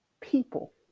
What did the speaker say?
people